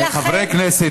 חברי הכנסת,